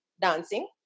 dancing